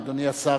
אדוני השר,